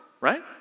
right